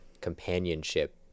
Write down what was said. companionship